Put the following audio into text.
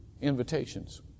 invitations